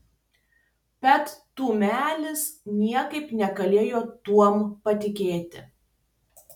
bet dūmelis niekaip negalėjo tuom patikėti